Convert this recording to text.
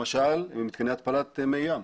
למשל במתקני התפלת מי ים,